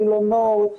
וילונות,